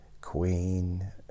Queen